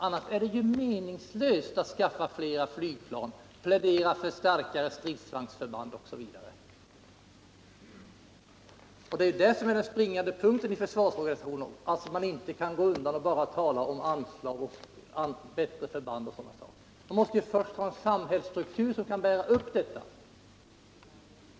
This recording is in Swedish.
Annars är det ju meningslöst att skaffa flera flygplan, plädera för starkare stridsvagnsförband osv. Det är detta som är den springande punkten när det gäller försvarsorganisationen, att man inte kan gå ut och tala om anslag och bättre förband och sådana saker, utan att vi först måste ha en samhällsstruktur som kan bära upp en sådan organisation.